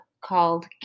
called